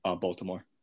Baltimore